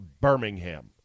Birmingham